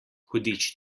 hudič